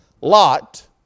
Lot